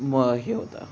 हे होता